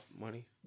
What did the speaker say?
money